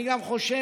אני גם חושב